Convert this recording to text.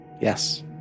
Yes